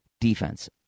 defense